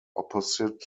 opposite